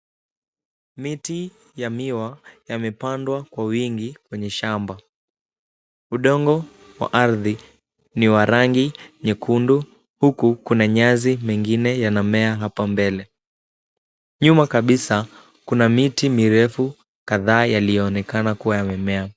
Miti ya miwa yamepandwa kwa wingi kwenye shamba. Udongo wa ardhi ni wa rangi nyekundu huku kuna nyasi mengine yanamea hapa mbele. Nyuma kabisa kuna miti mirefu kadhaa yaliyoonekana kuwa yamemea.